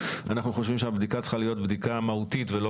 אנחנו חושבים שהבדיקה צריכה להיות בדיקה מהותית ולא